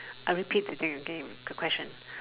I repeat again okay the question